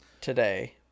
today